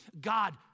God